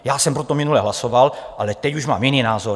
Já jsem pro to minule hlasoval, ale teď už mám jiný názor.